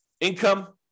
Income